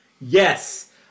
Yes